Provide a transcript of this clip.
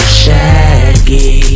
shaggy